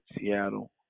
Seattle